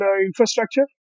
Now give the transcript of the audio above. infrastructure